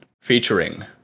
featuring